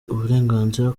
uburenganzira